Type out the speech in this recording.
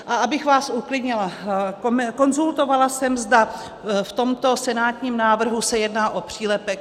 A abych vás uklidnila, konzultovala jsem, zda v tomto senátním návrhu se jedná o přílepek.